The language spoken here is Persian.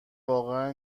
واقعا